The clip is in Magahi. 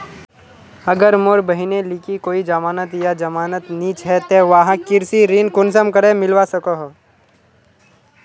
अगर मोर बहिनेर लिकी कोई जमानत या जमानत नि छे ते वाहक कृषि ऋण कुंसम करे मिलवा सको हो?